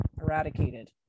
eradicated